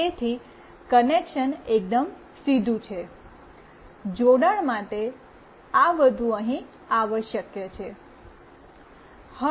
તેથી કનેક્શન એકદમ સીધું છે જોડાણ માટે આ બધું અહીં આવશ્યક છે